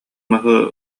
маһы